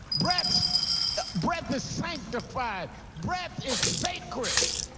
breath breath is sanctified. breath is sacred.